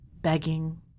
Begging